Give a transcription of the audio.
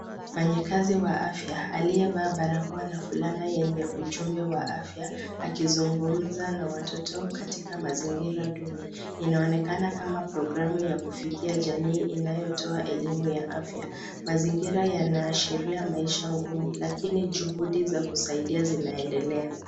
Mfanyakazi wa afya aliyevaa barakoa na fulana yenye ujumbe wa afya, akizungumza na watoto katika mazingira duni. Inaonekana kama programu ya kufikia jamii inayotoa elimu ya afya. Mazingira yanashiria maisha ngumu, lakini juhudi za kusaidia zinaendelea.